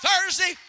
Thursday